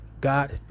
God